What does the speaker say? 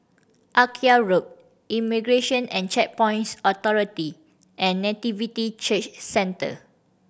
Akyab Road Immigration and Checkpoints Authority and Nativity Church Centre